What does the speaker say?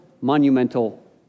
monumental